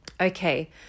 Okay